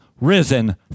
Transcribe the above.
risen